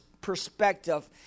perspective